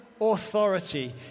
authority